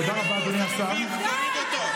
תודה רבה, אדוני השר, תוריד אותו.